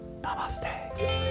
Namaste